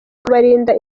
kubarinda